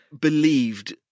believed